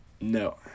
No